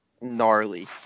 gnarly